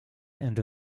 end